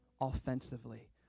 offensively